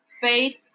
faith